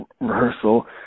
rehearsal